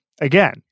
again